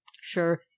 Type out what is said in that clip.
sure